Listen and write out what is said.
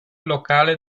locale